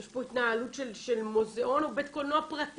יש פה התנהלות של מוזיאון או בית קולנוע פרטי,